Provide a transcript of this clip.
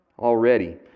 already